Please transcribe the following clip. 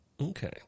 Okay